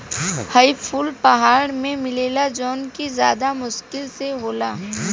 हई फूल पहाड़ में मिलेला जवन कि ज्यदा मुश्किल से होला